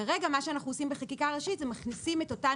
כרגע מה שאנחנו עושים בחקיקה ראשית זה מכניסים את אותן